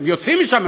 הם יוצאים משם,